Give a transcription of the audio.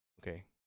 okay